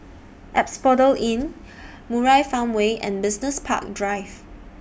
Asphodel Inn Murai Farmway and Business Park Drive